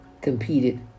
competed